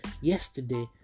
yesterday